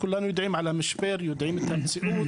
כולנו יודעים על המשבר, יודעים את המציאות.